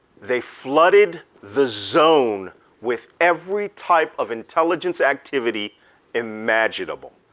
they flooded the zone with every type of intelligence activity imaginable,